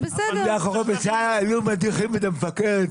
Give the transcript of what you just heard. אם זה היה קורה בצה"ל היו מדיחים את המפקד.